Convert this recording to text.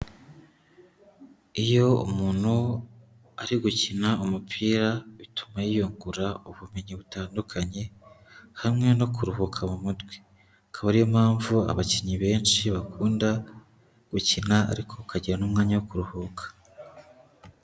Iyo umuntu ari gukina umupira bituma yiyungura ubumenyi butandukanye, hamwe no kuruhuka mu mutwe. Akaba ari yo mpamvu abakinnyi benshi bakunda gukina ariko bakagira n'umwanya wo kuruhuka.